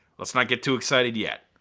let's not get too excited yet.